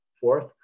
Fourth